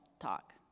talk